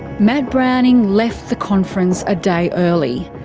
matt browning left the conference a day early.